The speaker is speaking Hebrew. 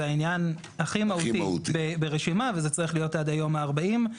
העניין הכי מהותי ברשימה וזה צריך להיות עד היום ה-40.